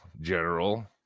General